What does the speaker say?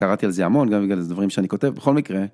קראתי על זה המון גם בגלל איזה דברים שאני כותב בכל מקרה.